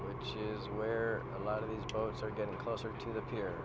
which is where a lot of these boats are getting closer to the p